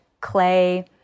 clay